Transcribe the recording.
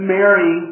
Mary